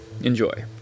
enjoy